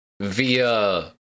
via